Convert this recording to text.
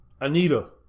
Anita